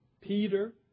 Peter